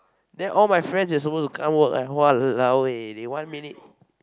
then all my friends they are supposed to come work I !walao! eh they one minute